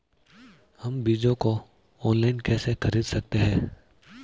हम बीजों को ऑनलाइन कैसे खरीद सकते हैं?